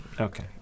Okay